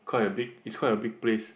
quite a big it's quite a big place